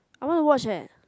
I want to watch eh